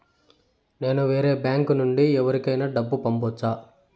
నేను వేరే బ్యాంకు నుండి ఎవరికైనా డబ్బు పంపొచ్చా?